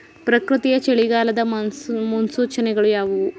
ಪ್ರಕೃತಿಯ ಚಳಿಗಾಲದ ಮುನ್ಸೂಚನೆಗಳು ಯಾವುವು?